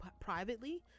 privately